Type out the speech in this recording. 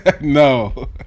No